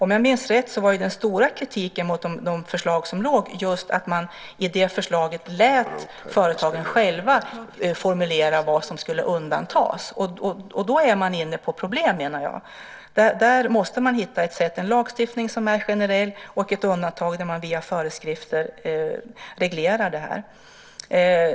Om jag minns rätt var den stora kritiken mot det förslag som låg just att man i det förslaget lät företagen själva formulera vad som skulle undantas. Då får man problem, menar jag. Där måste man hitta ett annat sätt med en lagstiftning som är generell och ett undantag där man reglerar det via föreskrifter.